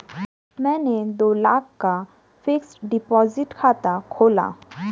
मैंने दो लाख का फ़िक्स्ड डिपॉज़िट खाता खोला